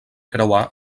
creuar